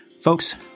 Folks